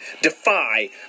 Defy